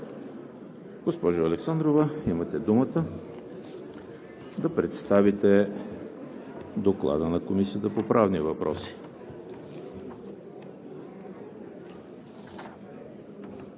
Госпожо Александрова, имате думата да представите Доклада на Комисията по правни въпроси.